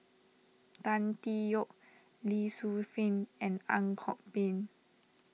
Tan Tee Yoke Lee Tzu Pheng and Ang Kok Peng